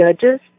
judges